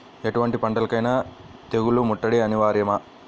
ఎటువంటి పంటలకైన తెగులు ముట్టడి అనివార్యమా?